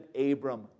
Abram